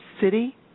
city